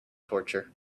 torture